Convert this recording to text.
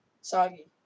Soggy